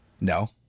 No